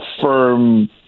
firm